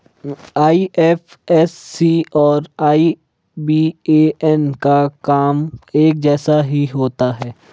IFSC और IBAN का काम एक जैसा ही होता है